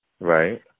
Right